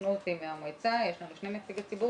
אני חושבת שמספיק להגיד שלוועדה הגיעו פניות מאזרחים,